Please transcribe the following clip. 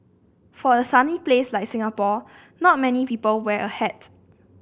for a sunny place like Singapore not many people wear a hat